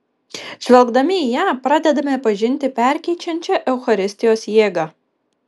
žvelgdami į ją pradedame pažinti perkeičiančią eucharistijos jėgą